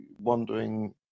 wondering